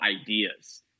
ideas